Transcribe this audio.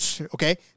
okay